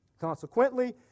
Consequently